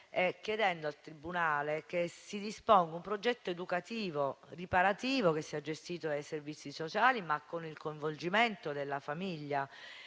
chiedendo al tribunale che si disponga un progetto educativo e riparativo che sia gestito dai servizi sociali, ma con il coinvolgimento della famiglia.